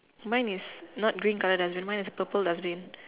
mine is not green colour dustbin mine is purple dustbin